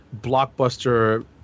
Blockbuster